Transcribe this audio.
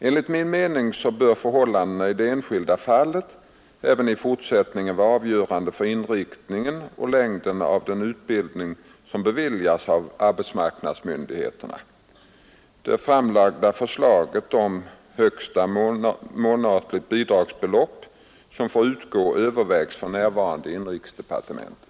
Enligt min mening bör förhållandena i det enskilda fallet även i fortsättningen vara avgörande för inriktningen och längden av den utbildning som beviljas av arbetsmarknadsmyndigheterna. Det framlagda förslaget om det högsta månatliga bidragsbelopp som får utgå övervägs för närvarande i inrikesdepartementet.